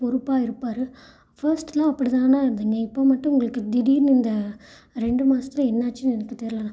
பொறுப்பாக இருப்பார் ஃபஸ்ட்டுலாம் அப்படிதாண்ணா இருந்தீங்க இப்போ மட்டும் உங்களுக்கு திடீர்னு இந்த ரெண்டு மாசத்தில் என்ன ஆச்சுன்னு எனக்கு தெரிலண்ணா